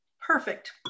Perfect